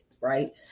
right